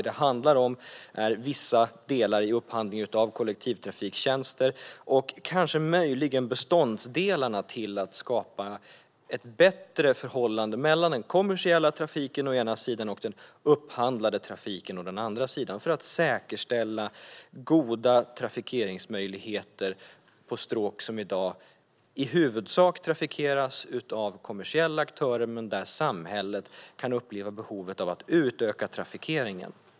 Det handlar om vissa delar i upphandlingen av kollektivtrafiktjänster och kanske beståndsdelarna till att skapa ett bättre förhållande mellan den kommersiella trafiken å ena sidan och den upphandlade trafiken å den andra sidan, för att säkerställa goda trafikeringsmöjligheter på stråk som i dag i huvudsak trafikeras av kommersiella aktörer men där samhället har behov av att utöka trafikeringen.